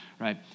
right